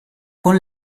con